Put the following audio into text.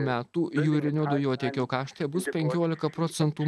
metų jūrinio dujotiekio krašte bus penkiolika procentų